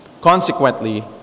Consequently